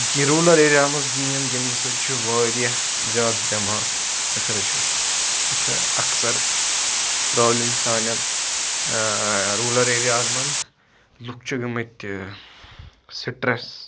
کہِ rural area ہَن منٛز گیم گِندنہٕ سۭتۍ چھُ واریاہ زیادٕ دٮ۪ماغ رِفرٛٮ۪ش گژھان یہِ چھِ اکثر پرٛابلِم سانٮ۪ن روٗلَر ایریا ہن منٛز لُکھ چھِ گٔمٕتۍ تہِ سٹرٛس